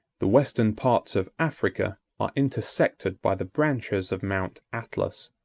the western parts of africa are intersected by the branches of mount atlas,